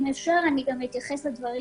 אם אפשר, אני אתייחס גם לדברים